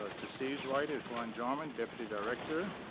ah to steve's right is ron jarmin, deputy director.